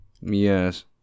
Yes